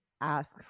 ask